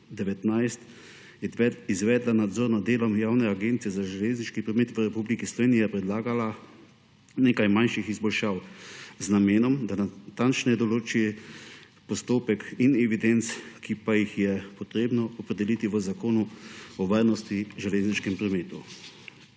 izvedla nadzorno delo Javne agencije za železniški promet Republike Slovenije, je predlagala nekaj manjših izboljšav z namenom, da se natančneje določi postopek in evidence, ki pa jih je potrebno opredeliti v Zakonu o varnosti v železniškem prometu.